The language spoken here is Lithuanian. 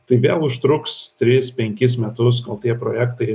tai vėl užtruks tris penkis metus kol tie projektai